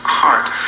heart